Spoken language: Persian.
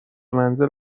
منزل